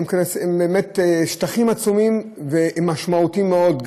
הם באמת שטחים עצומים ומשמעותיים מאוד,